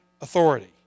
authority